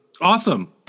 awesome